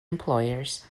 employers